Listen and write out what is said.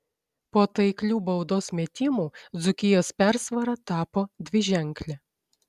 po taiklių baudos metimų dzūkijos persvara tapo dviženklė